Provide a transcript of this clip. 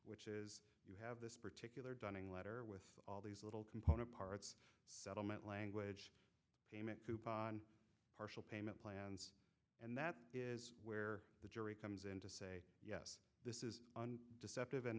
fact you have this particular dunning letter with all these little component parts settlement language payment coupon partial payment plan and that is where the jury comes in a yes this is deceptive and